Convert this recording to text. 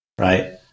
right